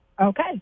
Okay